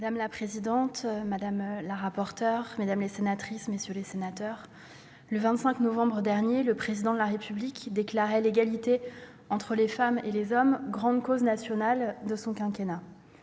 Madame la présidente, madame la rapporteur, mesdames, messieurs les sénateurs, le 25 novembre dernier, le Président de la République déclarait l'égalité entre les femmes et les hommes grande cause nationale de son quinquennat.